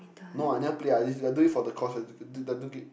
no I never Play I just I do it for the cause of I took it